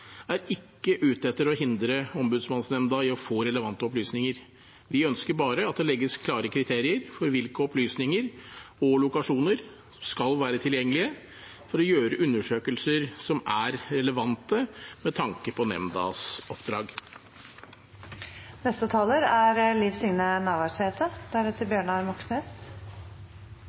er ikke ute etter å hindre Ombudsmannsnemnda i å få relevante opplysninger. Vi ønsker bare at det legges klare kriterier for hvilke opplysninger og lokasjoner som skal være tilgjengelige for å gjøre undersøkelser som er relevante med tanke på nemndas oppdrag.